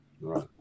Right